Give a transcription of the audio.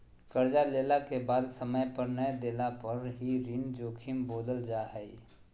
कर्जा लेला के बाद समय पर नय देला पर ही ऋण जोखिम बोलल जा हइ